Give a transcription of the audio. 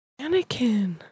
Anakin